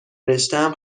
رشتهام